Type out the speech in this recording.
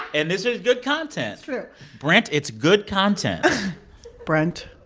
and this is good content it's true brent, it's good content brent,